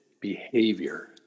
behavior